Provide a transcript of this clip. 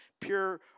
pure